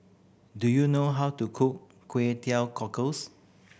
do you know how to cook Kway Teow Cockles